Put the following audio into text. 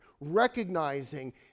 recognizing